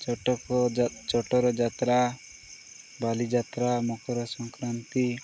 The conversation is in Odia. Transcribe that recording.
ଚଟକ ଛତର ଯାତ୍ରା ବାଲିଯାତ୍ରା ମକର ସଂକ୍ରାନ୍ତି